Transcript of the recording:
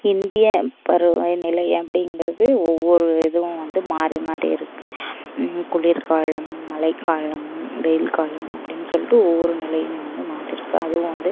இந்திய பருவநிலை அப்படிங்கிறது ஒவ்வொரு இதுவும் வந்து மாறி மாறி இருக்குது குளிர்காலம் மழைக்காலம் வெயில் காலம் அப்படின்னு சொல்லிட்டு ஒவ்வொரு நிலையிலேயும் வந்து மாற்றிருக்கு அதுவும் வந்து